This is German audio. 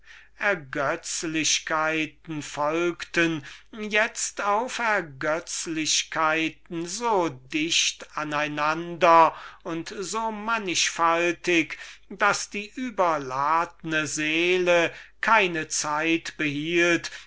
ergötzlichkeiten folgten itzt auf ergötzlichkeiten so dicht aneinander und so mannigfaltig daß die überladene seele keine zeit behielt